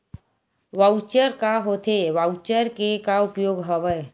Voucher का होथे voucher के का उपयोग हवय?